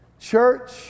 Church